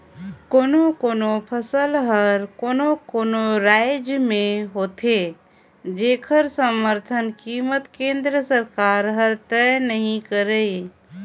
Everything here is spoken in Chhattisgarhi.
कोनो कोनो फसल हर कोनो कोनो रायज में होथे जेखर समरथन कीमत केंद्र सरकार हर तय नइ करय